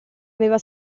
aveva